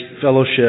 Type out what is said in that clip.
fellowship